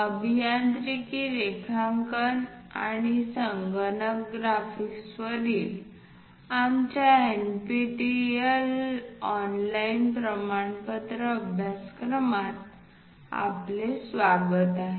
अभियांत्रिकी रेखांकन आणि संगणक ग्राफिक्स वरील आमच्या NPTEL ऑनलाइन प्रमाणन अभ्यासक्रमात आपले स्वागत आहे